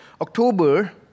October